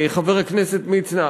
חבר הכנסת מצנע,